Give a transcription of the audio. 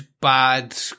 bad